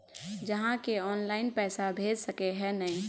आहाँ के ऑनलाइन पैसा भेज सके है नय?